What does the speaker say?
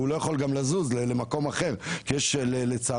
והוא לא יכול גם לזוז למקום אחר כי לצערנו